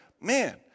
man